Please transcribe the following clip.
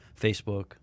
Facebook